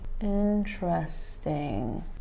Interesting